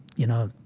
you know,